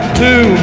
two